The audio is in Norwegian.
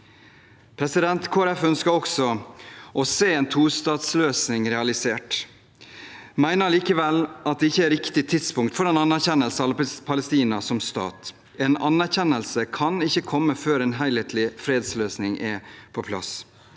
Folkeparti ønsker også å se en tostatsløsning realisert. Vi mener likevel at dette ikke er riktig tidspunkt for en anerkjennelse av Palestina som stat. En anerkjennelse kan ikke komme før en helhetlig fredsløsning er på plass.